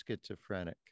schizophrenic